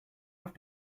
have